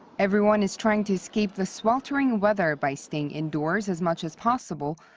everyone is trying to escape the sweltering weather by staying indoors as much as possible,